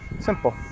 Simple